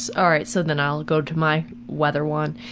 alright, so then i'll go to my weather one.